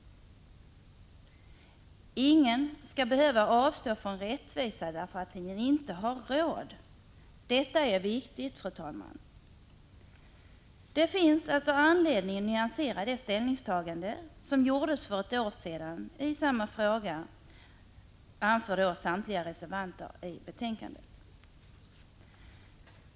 Ingen skall behöva avstå från rättvisa därför att han inte har råd att anlita hjälp. Detta är viktigt, fru talman. Det finns därför anledning att nu nyansera det ställningstagande i samma fråga som gjordes för ett år sedan, anför reservanterna.